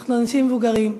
אנחנו אנשים מבוגרים.